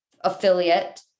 affiliate